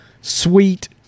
sweet